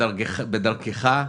ניהלת אותה בדרכך.